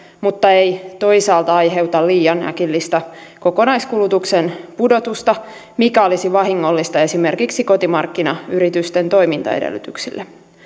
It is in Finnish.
mutta ei toisaalta aiheuta liian äkillistä kokonaiskulutuksen pudotusta mikä olisi vahingollista esimerkiksi kotimarkkinayritysten toimintaedellytyksille